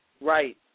Right